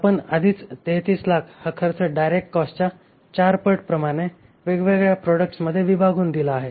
आपण आधीच 3300000 हा खर्च डायरेक्ट कॉस्टच्या 4 पटप्रमाणे वेगवेगळ्या प्रोडक्ट्समध्ये विभागून दिला आहे